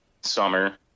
summer